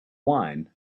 wine